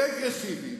רגרסיבי,